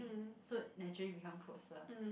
so naturally become closer